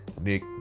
Nick